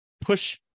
push